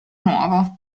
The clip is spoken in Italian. nuovo